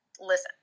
listen